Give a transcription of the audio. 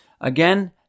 Again